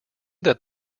that